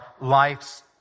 life's